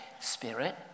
Spirit